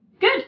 Good